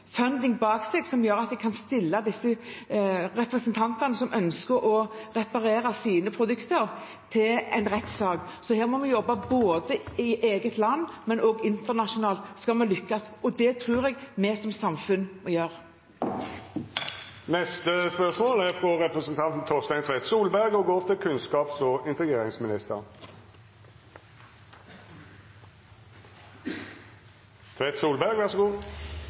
funding bak seg, som gjør at de kan stille disse reparatørene som ønsker å reparere deres produkter, for retten. Så her må vi jobbe både i eget land og internasjonalt hvis vi skal lykkes, og det tror jeg vi som samfunn må gjøre. «I 2017 ble det gjort nødvendige endringer i opplæringsloven kap. 9 A for å sikre et mer effektivt regelverk mot mobbing og